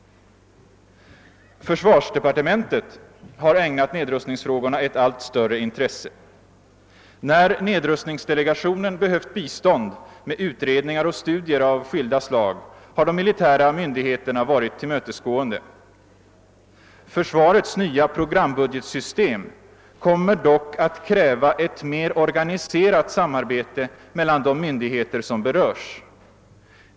Försvarsdepartementet = har ägnat nedrustningsfrågorna ett allt större intresse. När nedrustningsdelegationen behövt bistånd med utredningar och studier av skilda slag har de militära myndigheterna varit tillmötesgående. Försvarets nya programbudgetsystem kommer dock att kräva ett mer organiserat samarbete mellan de myndigheter som berörs.